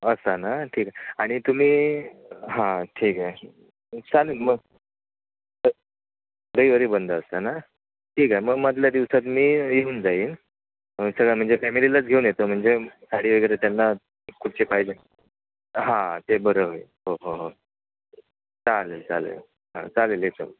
असं ना ठीक आहे आणि तुम्ही हां ठीक चालेल मग रविवारी बंद असता ना ठीक मग मधल्या दिवसात मी येऊन जाईन सगळं म्हणजे फॅमिलीलाच घेऊन येतो म्हणजे साडी वगैरे त्यांना कुठचे पाहिजे हां ते बरं होईल हो हो हो चालेल चालेल हां चालेल हे चल